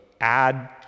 add